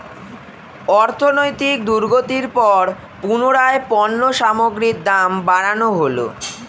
অর্থনৈতিক দুর্গতির পর পুনরায় পণ্য সামগ্রীর দাম বাড়ানো হলো